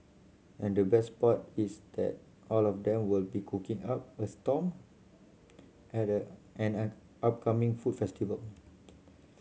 and the best part is that all of them will be cooking up a storm at a an upcoming food festival